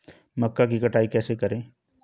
मक्का की कटाई कैसे करें?